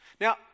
Now